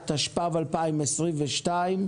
התשפ"ב-2022.